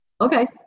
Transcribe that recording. Okay